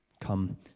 Come